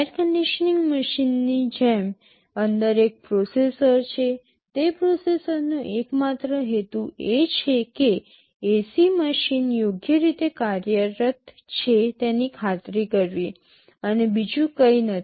air conditioning મશીનની જેમ અંદર એક પ્રોસેસર છે તે પ્રોસેસરનો એકમાત્ર હેતુ એ છે કે એસી મશીન યોગ્ય રીતે કાર્યરત છે તેની ખાતરી કરવી અને બીજું કંઇ નથી